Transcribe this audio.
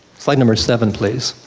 like number seven please.